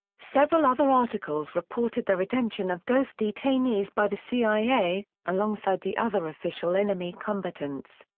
several other articles reported the retention of ghost detainees by the cia, alongside the other official enemy combatants.